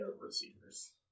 receivers